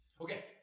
Okay